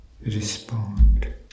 respond